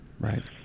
right